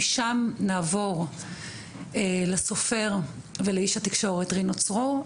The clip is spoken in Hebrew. משם נעבור לסופר ולאיש התקשורת רינו צרור,